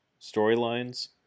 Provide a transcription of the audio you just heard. storylines